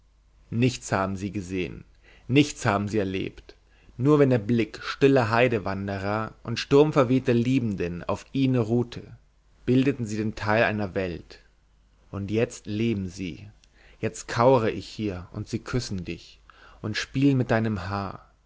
nichts haben sie gesehn nichts haben sie erlebt nur wenn der blick stiller heidewanderer und sturmverwehter liebenden auf ihnen ruhte bildeten sie den teil einer welt und jetzt leben sie jetzt kauere ich hier und sie küssen dich und spielen mit deinem haar